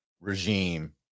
regime